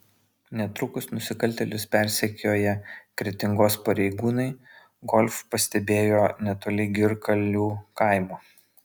netrukus nusikaltėlius persekioję kretingos pareigūnai golf pastebėjo netoli girkalių kaimo